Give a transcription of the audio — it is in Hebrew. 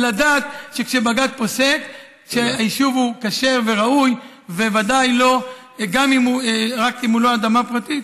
לדעת שכשבג"ץ פוסק שהיישוב הוא כשר וראוי רק אם הוא לא אדמה פרטית,